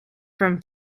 from